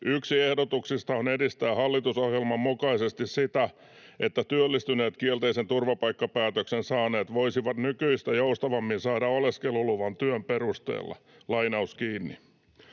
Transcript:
”Yksi ehdotuksista on edistää hallitusohjelman mukaisesti sitä, että työllistyneet kielteisen turvapaikkapäätöksen saaneet voisivat nykyistä joustavammin saada oleskeluluvan työn perusteella.” Kirjauksen